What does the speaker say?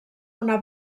una